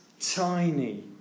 tiny